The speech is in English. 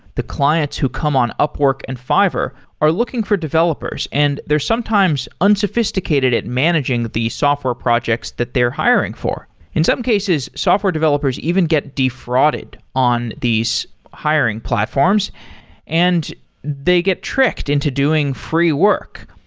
the clients who come on upwork and fiverr are looking for developers and they're sometimes unsophisticated at managing the software projects that they're hiring for in some cases, software developers even get defrauded on these hiring platforms and they get tricked into doing free work.